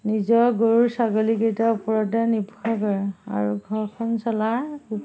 নিজৰ গৰুৰ ছাগলীকেইটা ওপৰতে নিৰ্ভৰ কৰে আৰু ঘৰখন চলাৰ